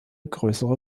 größere